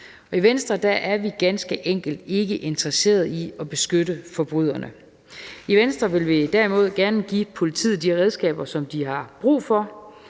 I Venstre er vi ganske enkelt ikke interesserede i at beskytte forbryderne. I Venstre vil vi derimod gerne give politiet de redskaber, som de har brug for.